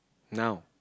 now